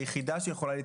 היחידה שיכולה להתקבל,